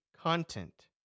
content